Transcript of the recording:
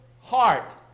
heart